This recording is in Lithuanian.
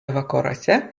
vakaruose